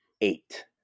Eight